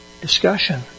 discussion